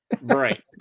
Right